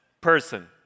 person